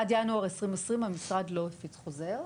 עד לינואר 2020 המשרד לא הפיץ חוזר.